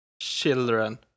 children